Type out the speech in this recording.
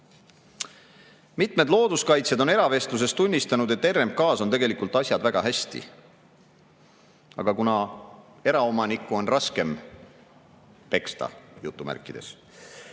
Mitmed looduskaitsjad on eravestlustes tunnistanud, et RMK-s on tegelikult asjad väga hästi. Aga kuna eraomanikku on raskem "peksta" – ta võib